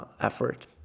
effort